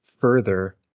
further